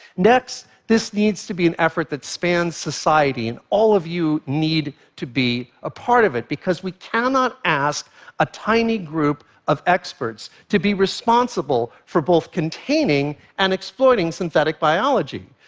next, this needs to be an effort that spans society, and all of you need to be a part of it, because we cannot ask a tiny group of experts to be responsible for both containing and exploiting synthetic biology,